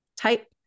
type